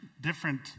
different